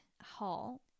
hall